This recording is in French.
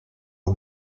aux